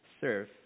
serve